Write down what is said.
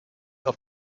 auf